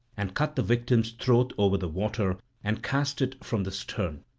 and cut the victim's throat over the water and cast it from the stern.